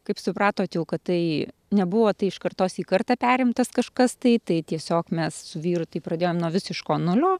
kaip supratot jau kad tai nebuvo tai iš kartos į kartą perimtas kažkas tai tai tiesiog mes su vyru taip pradėjome nuo visiško nulio